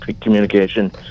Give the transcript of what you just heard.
communication